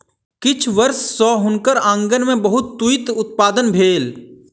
किछ वर्ष सॅ हुनकर आँगन में बहुत तूईत उत्पादन भेल